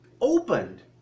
opened